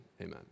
amen